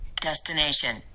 destination